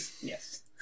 Yes